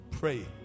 Pray